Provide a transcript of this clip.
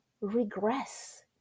regress